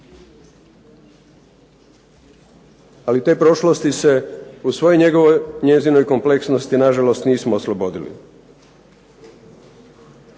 Ali te prošlosti se u svoj njezinoj kompleksnosti nažalost nismo oslobodili